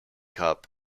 cup